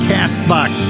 Castbox